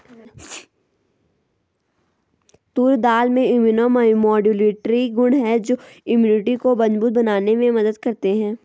तूर दाल में immunomodulatory गुण हैं जो इम्यूनिटी को मजबूत बनाने में मदद करते है